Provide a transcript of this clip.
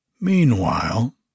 Meanwhile